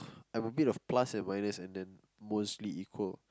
I'm a bit of plus and minus and then mostly equal